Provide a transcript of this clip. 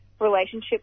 relationship